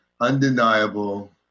Undeniable